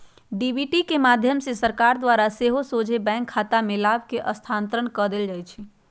DBT के माध्यम से सरकार द्वारा सेहो सोझे बैंक खतामें लाभ के स्थानान्तरण कऽ देल जाइ छै